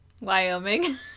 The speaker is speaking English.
wyoming